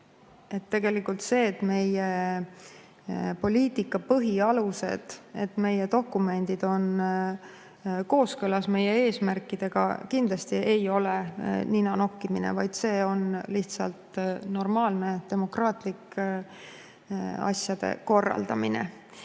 et see, et meie poliitika põhialused, meie dokumendid on kooskõlas meie eesmärkidega, kindlasti ei ole nina nokkimine, vaid see on lihtsalt normaalne demokraatlik asjade korraldamine. Ma